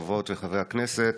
חברות וחברי הכנסת,